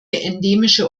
endemische